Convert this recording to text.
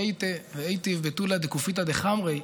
"אזכי דאיתיב בטולא דכופיתא דחמריה".